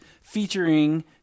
featuring